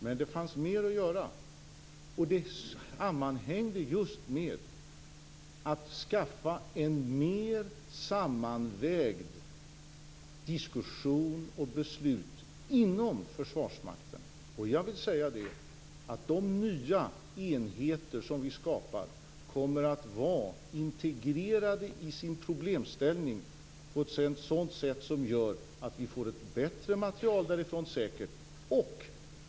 Men det fanns mer att göra. Det sammanhängde just med att man skulle skaffa en mer sammanvägd diskussion och ett mer sammanvägt beslut inom Försvarsmakten. Jag vill säga att de nya enheter som vi skapar kommer att vara integrerade i sin problemställning på ett sätt som gör att vi säkerligen kommer att få ett bättre material därifrån.